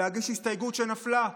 להגיש הסתייגות שנפלה,